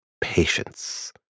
patience